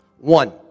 One